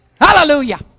Hallelujah